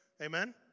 Amen